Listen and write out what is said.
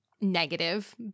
negative